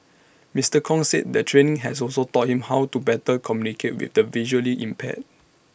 Mister Kong said the training has also taught him how to better communicate with the visually impaired